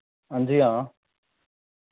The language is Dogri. हां जी हां